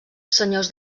senyors